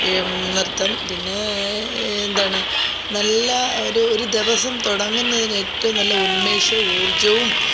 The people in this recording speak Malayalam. ഈ നൃത്തം പിന്നേ എന്താണ് നല്ല ഒരു ഒരു ദിവസം തുടങ്ങുന്നതിന് ഏറ്റവുംനല്ല ഉന്മേഷവും ഊർജവും